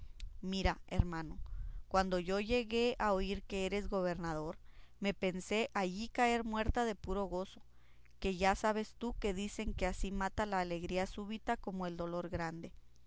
mira hermano cuando yo llegué a oír que eres gobernador me pensé allí caer muerta de puro gozo que ya sabes tú que dicen que así mata la alegría súbita como el dolor grande